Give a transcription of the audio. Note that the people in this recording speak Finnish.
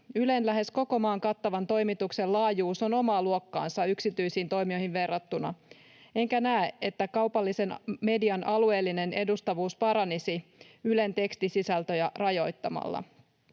Ylen lähes koko maan kattavan toimituksen laajuus on omaa luokkaansa yksityisiin toimijoihin verrattuna, enkä näe, että kaupallisen median alueellinen edustavuus paranisi Ylen tekstisisältöjä rajoittamalla.